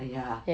ya